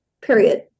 Period